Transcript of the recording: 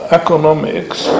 economics